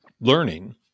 learning